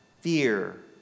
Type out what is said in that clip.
Fear